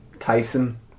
Tyson